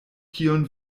kion